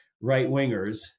right-wingers